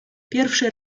pierwszy